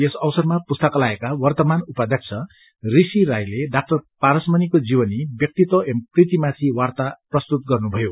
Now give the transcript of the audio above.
यस अवसरमा पुस्तकालयका वर्त्तमान उपाध्यक्ष ऋषि राईले डाक्टर पारसमणिको जीवनी ब्यतिव एंव कृति माथि वार्ता प्रस्तुत गर्नु भयो